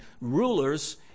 rulers